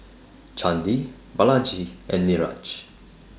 Chandi Balaji and Niraj